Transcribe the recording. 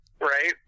right